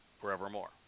forevermore